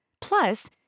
Plus